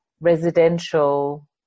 residential